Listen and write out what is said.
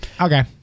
okay